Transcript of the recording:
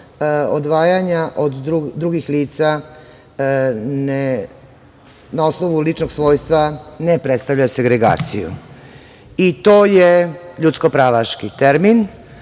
odvajanja od drugih lica na osnovu ličnog svojstva ne predstavlja segregaciju. To je ljudsko pravaški termin